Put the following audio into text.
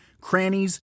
crannies